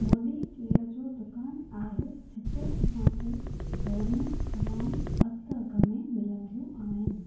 Modi care जो दुकानु आहे जिते असांखे गोरियूं दवाऊं अधु अघु में मिलंदियूं आहिनि